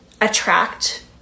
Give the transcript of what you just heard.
attract